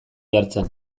jartzen